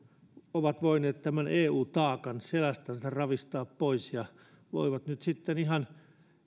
ovat voineet tämän eu taakan selästänsä ravistaa pois ja voivat nyt sitten ihan